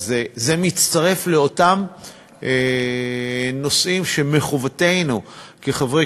אז זה מתווסף לאותם נושאים שמחובתנו כחברי